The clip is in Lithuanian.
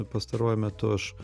pastaruoju metu aš